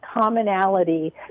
commonality